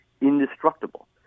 indestructible